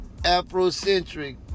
Afrocentric